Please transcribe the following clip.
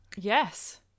Yes